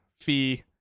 Fee